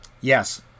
Yes